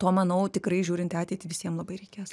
to manau tikrai žiūrint į ateitį visiem labai reikės